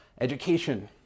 education